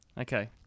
Okay